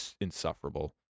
insufferable